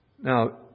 Now